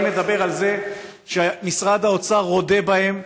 אני מדבר על זה שמשרד האוצר רודה בהם,